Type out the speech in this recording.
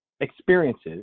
experiences